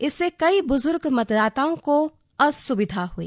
इससे कई बुजुर्ग मतदाताओं को असुविधा हुई